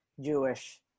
Jewish